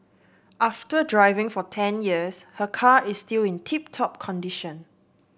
after driving for ten years her car is still in tip top condition